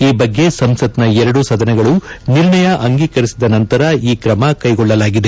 ಈ ಬಗ್ಗೆ ಸಂಸತ್ನ ಎರಡೂ ಸದನಗಳು ನಿರ್ಣಯ ಅಂಗೀಕರಿಸಿದ ನಂತರ ಈ ಕ್ರಮ ಕೈಗೊಳ್ಳಲಾಗಿದೆ